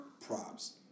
Props